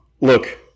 Look